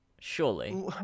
Surely